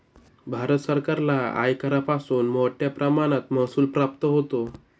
भारत सरकारला आयकरापासून मोठया प्रमाणात महसूल प्राप्त होतो